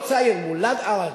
אותו צעיר, מולט אררו,